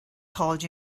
called